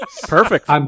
Perfect